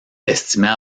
estimait